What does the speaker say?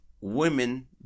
women